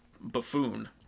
buffoon